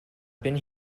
been